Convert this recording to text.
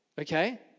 okay